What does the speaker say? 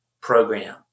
program